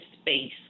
space